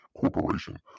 Corporation